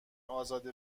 ازاده